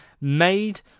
Made